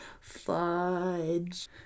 Fudge